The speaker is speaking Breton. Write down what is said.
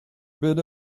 bet